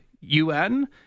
UN